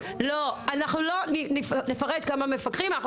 --- לא, אנחנו לא נפרט כמה מפקחים יש.